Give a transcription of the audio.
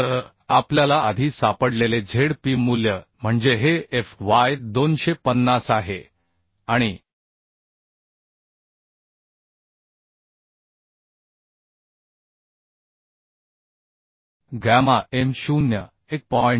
तर आपल्याला आधी सापडलेले zp मूल्य म्हणजे हे fy 250 आहे आणि गॅमा एम 0 1